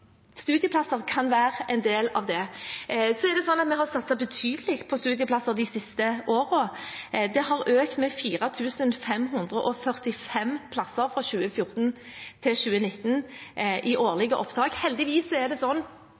Studieplasser kan være en del av det. Så er det slik at vi har satset betydelig på studieplasser de siste årene. Det har økt med 4 545 plasser fra 2014 til 2019 i årlige opptak. Heldigvis er det